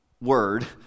word